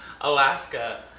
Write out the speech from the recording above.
Alaska